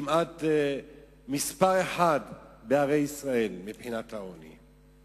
היא מספר אחת בערי ישראל מבחינת העוני.